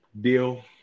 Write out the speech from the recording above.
deal